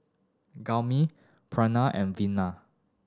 Gurmeet and Vina